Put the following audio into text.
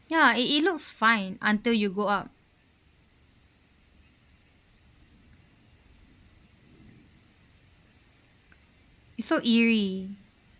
ya it it looks fine until you go up it so eerie